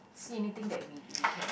see anything that we we can